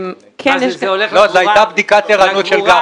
לא, זו הייתה בדיקת ערנות של גפני.